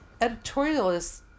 editorialists